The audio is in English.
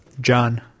John